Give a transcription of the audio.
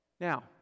Now